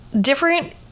different